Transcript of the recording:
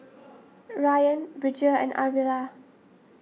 Rayan Bridger and Arvilla